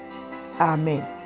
amen